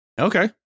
Okay